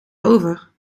over